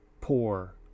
poor